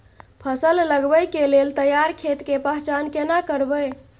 फसल लगबै के लेल तैयार खेत के पहचान केना करबै?